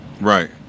Right